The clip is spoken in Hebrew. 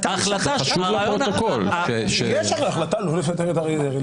--- יש למשל החלטה לא לפטר את אריה דרעי.